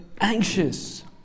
anxious